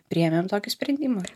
priėmėm tokį sprendimą